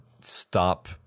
stop